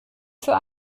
für